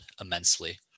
immensely